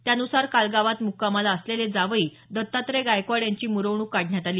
त्यानुसार काल गावात मुक्कामाला असलेले जावई दत्तात्रय गायकवाड यांची मिरवणूक काढण्यात आली